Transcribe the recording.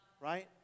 Right